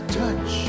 touch